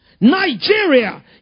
Nigeria